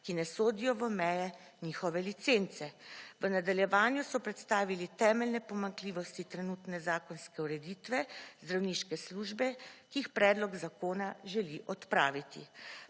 ki ne sodijo v meje njihove licence. V nadaljevanju so predstavili temeljne pomanjkljivosti trenutne zakonske ureditve, zdravniške službe, ki jih predlog zakona želi odpraviti.